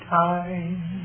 time